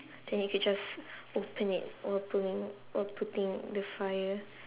then you could just open it opening or putting the fire